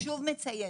אני שוב מציינת.